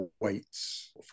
weights